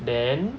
then